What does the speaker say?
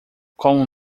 com